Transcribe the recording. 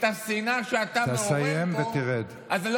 על השנאה שאתה מעורר פה, תסיים ותרד.